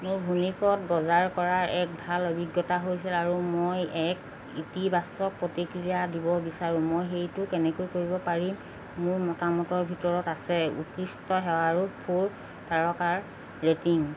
মোৰ ভুনিকত বজাৰ কৰাৰ এক ভাল অভিজ্ঞতা হৈছিল আৰু মই এক ইতিবাচক প্ৰতিক্ৰিয়া দিব বিচাৰোঁ মই সেইটো কেনেকৈ কৰিব পাৰিম মোৰ মতামতৰ ভিতৰত আছে উৎকৃষ্ট সেৱা আৰু ফ'ৰ তাৰকাৰ ৰেটিং